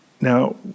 Now